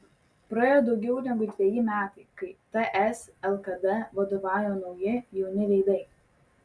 praėjo daugiau negu dveji metai kai ts lkd vadovauja nauji jauni veidai